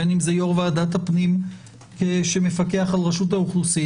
בין אם זה יו"ר ועדת הפנים שמפקח על רשות האוכלוסין,